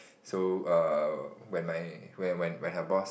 so err when my when when when her boss